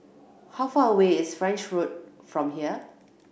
how far away is French Road from here